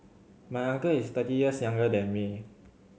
my uncle is thirty years younger than me